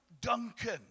Duncan